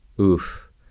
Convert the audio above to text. oof